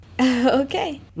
Okay